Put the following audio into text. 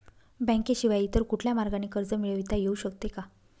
बँकेशिवाय इतर कुठल्या मार्गाने कर्ज मिळविता येऊ शकते का?